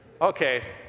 Okay